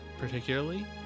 particularly